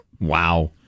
Wow